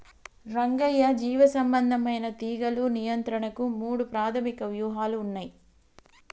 రంగయ్య జీవసంబంధమైన తీగలు నియంత్రణకు మూడు ప్రాధమిక వ్యూహాలు ఉన్నయి